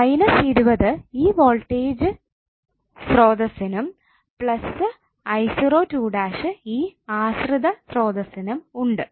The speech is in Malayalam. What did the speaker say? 20 ഈ വോൾട്ടേജ് സ്രോതസ്സ്നും 5𝑖0′′ ഈ ആശ്രിത വോൾട്ടേജ് സ്രോതസ്സ്നും ഉണ്ട്